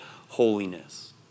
holiness